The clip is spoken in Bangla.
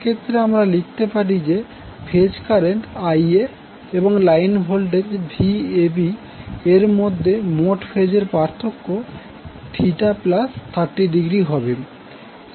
সেক্ষেত্রে আমরা লিখতে পারি যে ফেজ কারেন্ট Iaএবং লাইন ভোল্টেজ Vab এর মধ্যে মোট ফেজের পার্থক্য 30° হবে